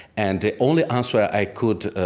and the only answer i could